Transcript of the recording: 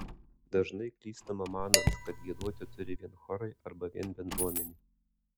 dažnai klystama manant kad giedoti turi vien chorai arba vien bendruomenė